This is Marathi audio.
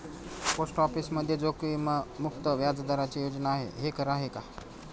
पोस्ट ऑफिसमध्ये जोखीममुक्त व्याजदराची योजना आहे, हे खरं आहे का?